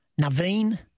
Naveen